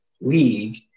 league